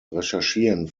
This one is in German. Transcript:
recherchieren